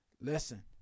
Listen